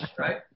right